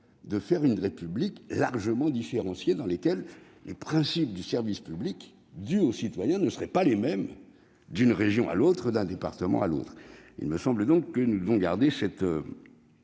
de faire une République largement différenciée, dans laquelle les principes du service public dû aux citoyens ne seraient pas les mêmes d'une région à l'autre, d'un département à l'autre. Nous devons garder ce